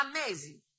Amazing